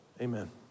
Amen